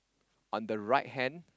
on the right hand